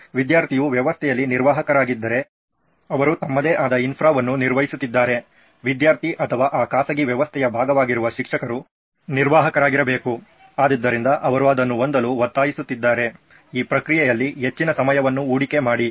ವಿದ್ಯಾರ್ಥಿಯು ವ್ಯವಸ್ಥೆಯಲ್ಲಿ ನಿರ್ವಾಹಕರಾಗಿದ್ದರೆ ಅವರು ತಮ್ಮದೇ ಆದ ಇನ್ಫ್ರಾವನ್ನು ನಿರ್ವಹಿಸುತ್ತಿದ್ದರೆ ವಿದ್ಯಾರ್ಥಿ ಅಥವಾ ಆ ಖಾಸಗಿ ವ್ಯವಸ್ಥೆಯ ಭಾಗವಾಗಿರುವ ಶಿಕ್ಷಕರು ನಿರ್ವಾಹಕರಾಗಿರಬೇಕು ಆದ್ದರಿಂದ ಅವರು ಅದನ್ನು ಹೊಂದಲು ಒತ್ತಾಯಿಸುತ್ತಿದ್ದರೆ ಈ ಪ್ರಕ್ರಿಯೆಯಲ್ಲಿ ಹೆಚ್ಚಿನ ಸಮಯವನ್ನು ಹೂಡಿಕೆ ಮಾಡಿ